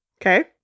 Okay